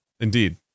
Indeed